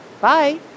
bye